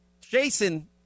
Jason